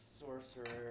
sorcerer